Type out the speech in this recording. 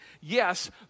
Yes